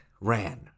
ran